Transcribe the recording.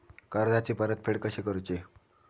कर्जाची परतफेड कशी करुची?